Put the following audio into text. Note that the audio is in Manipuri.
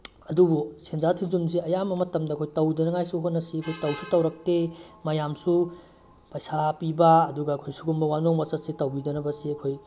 ꯑꯗꯨꯕꯨ ꯁꯦꯟꯖꯥ ꯁꯦꯟꯊꯨꯝꯁꯦ ꯑꯌꯥꯝꯕ ꯃꯇꯝꯗ ꯑꯩꯈꯣꯏ ꯇꯧꯗꯅꯉꯥꯏꯁꯨ ꯍꯣꯠꯅꯁꯤ ꯑꯩꯈꯣꯏ ꯇꯧꯁꯨ ꯇꯧꯔꯛꯇꯦ ꯃꯌꯥꯝꯁꯨ ꯄꯩꯁꯥ ꯄꯤꯕ ꯑꯗꯨꯒ ꯑꯩꯈꯣꯏ ꯁꯤꯒꯨꯝꯕ ꯋꯥꯅꯣꯝ ꯋꯥꯆꯠꯁꯦ ꯇꯧꯕꯤꯗꯅꯕꯁꯦ ꯑꯩꯈꯣꯏ